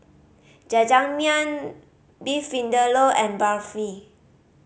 Jajangmyeon Beef Vindaloo and Barfi